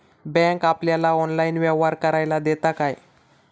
Bank आपल्याला online व्यवहार करायला देता काय?